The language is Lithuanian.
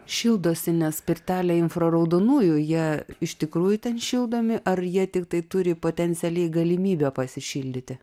šildosi nes pirtelė infraraudonųjų iš tikrųjų ten šildomi ar jie tiktai turi potencialiai galimybę pasišildyti